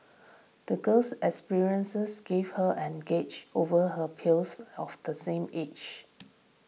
the girl's experiences gave her an over her peers of the same age